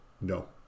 no